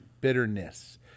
Bitterness